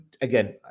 again